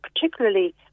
particularly